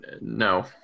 No